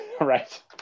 Right